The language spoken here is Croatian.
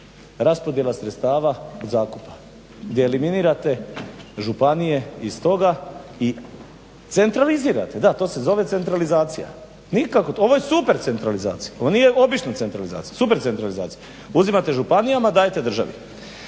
raspodjela sredstava zakupa gdje eliminirate županije iz toga i centralizirate, da to se zove centralizacija, nikako, ovo je super centralizacija, ovo nije obična centralizacija, super centralizacija. Uzimate županijama dajete državi.